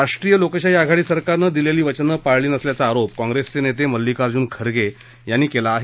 राष्ट्रीय लोकशाही आघाडी सरकारनं दिलेली वचनं पाळली नसल्याचा आरोप काँग्रेस नेते मल्लिकार्जुन खरगे यांनी केला आहे